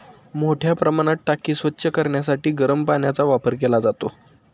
मोठ्या प्रमाणात टाकी स्वच्छ करण्यासाठी गरम पाण्याचा वापर केला जातो